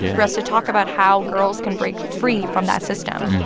yeah. for us to talk about how girls can break free from that system.